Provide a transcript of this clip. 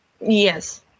Yes